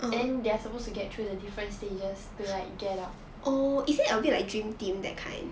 then they are supposed to get through the different stages to like get out